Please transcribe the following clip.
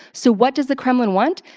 so, what does the kremlin want?